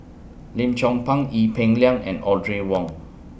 Lim Chong Pang Ee Peng Liang and Audrey Wong